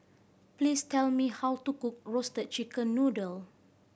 please tell me how to cook Roasted Chicken Noodle